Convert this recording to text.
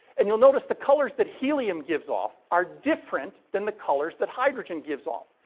and, you'll notice the colors that helium gives off are different than the colors that hydrogen gives off.